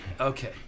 Okay